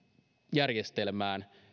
järjestelmään